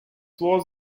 was